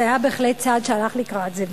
זה היה בהחלט צעד שהלך לקראת זה,